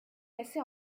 cassé